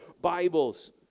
Bibles